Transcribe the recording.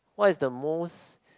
what is the most